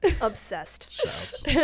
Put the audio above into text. Obsessed